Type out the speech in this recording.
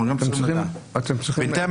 אתה שם לב,